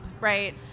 right